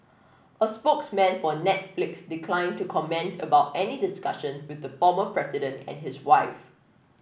a spokesman for Netflix declined to comment about any discussion with the former president and his wife